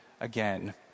again